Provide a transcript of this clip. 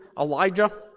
Elijah